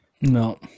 No